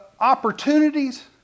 opportunities